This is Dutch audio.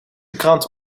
krant